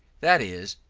that is,